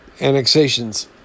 Annexations